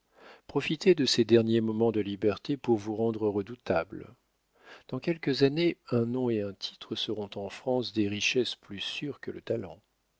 profitez de ses derniers moments de liberté pour vous rendre redoutable dans quelques années un nom et un titre seront en france des richesses plus sûres que le talent